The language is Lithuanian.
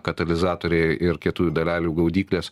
katalizatoriai ir kietųjų dalelių gaudyklės